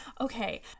Okay